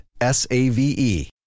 S-A-V-E